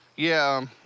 yeah.